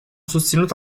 susținut